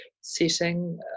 setting